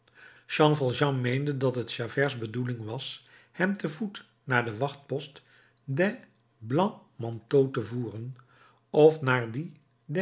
jean valjean meende dat het javerts bedoeling was hem te voet naar den wachtpost des blancs manteaux te voeren of naar dien